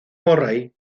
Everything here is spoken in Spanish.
murray